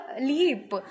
leap